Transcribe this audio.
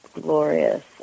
glorious